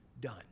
done